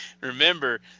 remember